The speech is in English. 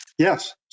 Yes